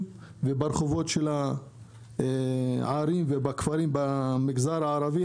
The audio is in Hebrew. וברחובות של הערים והכפרים במגזר הערבי.